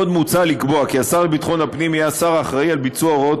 עוד מוצע לקבוע כי השר לביטחון הפנים יהיה השר האחראי לביצוע הוראות